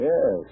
Yes